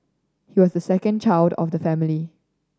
he was the second child of the family